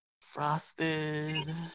Frosted